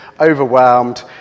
overwhelmed